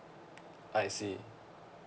I see